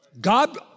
God